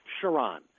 Sharon